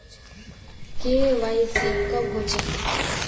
KYC कब होचे?